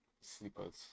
sleepers